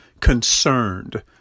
concerned